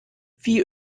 wie